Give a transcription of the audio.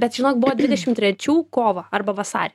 bet žinok buvo dvidešim trečių kovą arba vasarį